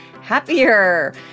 happier